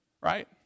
Right